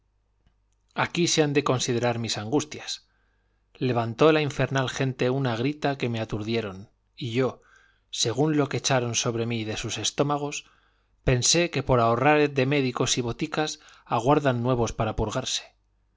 aquí se han de considerar mis angustias levantó la infernal gente una grita que me aturdieron y yo según lo que echaron sobre mí de sus estómagos pensé que por ahorrar de médicos y boticas aguardan nuevos para purgarse